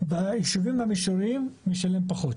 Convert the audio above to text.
וביישובים המישוריים היה משלם פחות.